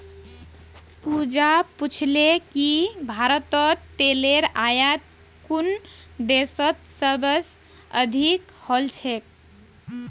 पूजा पूछले कि भारतत तेलेर आयात कुन देशत सबस अधिक ह छेक